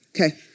Okay